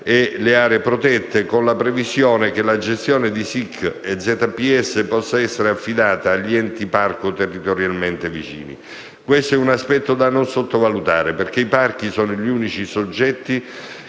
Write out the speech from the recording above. e le aree protette, con la previsione che la gestione di SIC e ZPS possa essere affidata agli enti parco territorialmente vicini. Questo è un aspetto da non sottovalutare, perché i parchi sono gli unici soggetti